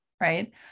right